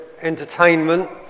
entertainment